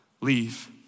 leave